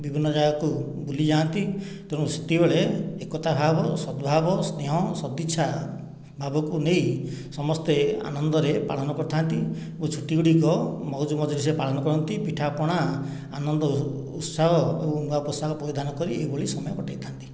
ବିଭିନ୍ନ ଜାଗାକୁ ବୁଲି ଯାଆନ୍ତି ତେଣୁ ସେତିକିବେଳେ ଏକତାଭାବ ସଦ୍ଭାବ ସ୍ନେହ ସଦ୍ଇଚ୍ଛା ଭାବକୁ ନେଇ ସମସ୍ତେ ଆନନ୍ଦରେ ପାଳନ କରିଥାନ୍ତି ଓ ଛୁଟିଗୁଡ଼ିକ ମଉଜ ମଜଲିସ୍ରେ ପାଳନ କରନ୍ତି ପିଠା ପଣା ଆନନ୍ଦ ଉତ୍ସାହ ଓ ନୂଆ ପୋଷାକ ପରିଧାନ କରି ଏହିଭଳି ସମୟ କଟାଇଥାନ୍ତି